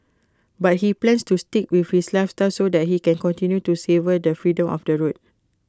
but he plans to stick with this lifestyle so that he can continue to savour the freedom of the road